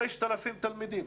5,000 תלמידים,